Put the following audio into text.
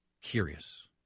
Curious